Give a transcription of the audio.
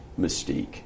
mystique